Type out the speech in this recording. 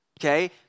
okay